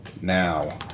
now